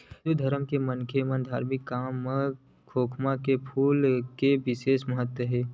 हिंदू धरम के मनखे बर धारमिक काम म खोखमा के फूल के बिसेस महत्ता हे